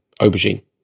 Aubergine